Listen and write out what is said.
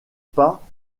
pas